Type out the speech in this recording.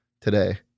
today